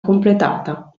completata